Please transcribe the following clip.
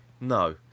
No